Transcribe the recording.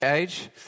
age